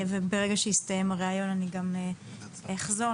וברגע שיסתיים הריאיון אני גם אחזור.